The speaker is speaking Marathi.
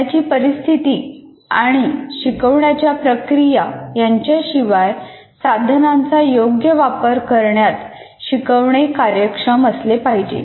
शिकण्याची परिस्थिती आणि शिकवण्याच्या प्रक्रिया यांच्याशिवाय साधनांचा योग्य वापर करण्यात शिकवणे कार्यक्षम असले पाहिजे